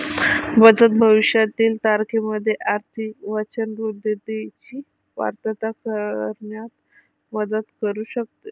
बचत भविष्यातील तारखेमध्ये आर्थिक वचनबद्धतेची पूर्तता करण्यात मदत करू शकते